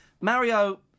Mario